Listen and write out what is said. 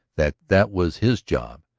that that was his job,